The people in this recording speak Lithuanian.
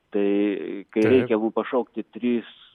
tai kai reikia jeigu pašaukti tris